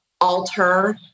alter